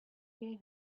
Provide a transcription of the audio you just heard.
hear